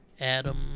Adam